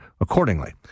accordingly